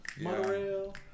monorail